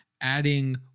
Adding